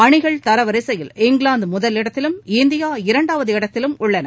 அணிகள் தரவரிசையில் இங்கிலாந்து முதலிடத்திலும் இந்தியா இரண்டாவது இடத்திலும் உள்ளன